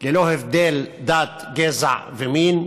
ללא הבדל דת, גזע ומין,